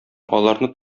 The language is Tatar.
аларны